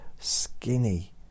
Skinny